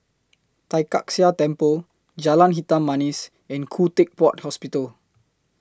Tai Kak Seah Temple Jalan Hitam Manis and Khoo Teck Puat Hospital